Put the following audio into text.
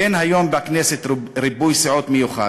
אין היום בכנסת ריבוי סיעות מיוחד,